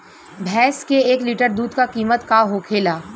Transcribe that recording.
भैंस के एक लीटर दूध का कीमत का होखेला?